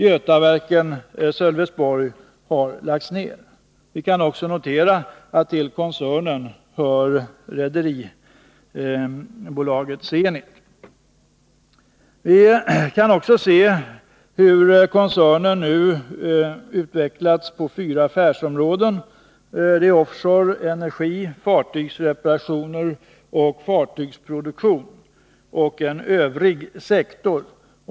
Götaverken Sölvesborg har lagts ned. Till koncernen hör också Zenit Shipping AB. Koncernen är nu inriktad på fyra affärsområden — offshore, energi, fartygsreparationer och fartygsproduktion. Dessutom finns det en övrig sektor.